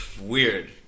Weird